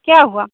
क्या हुआ